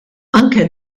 anke